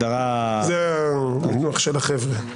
זה המינוח לש החבר'ה.